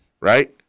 right